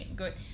good